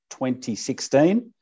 2016